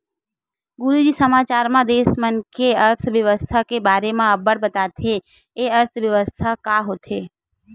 गुरूजी समाचार म देस मन के अर्थबेवस्था के बारे म अब्बड़ बताथे, ए अर्थबेवस्था का होथे?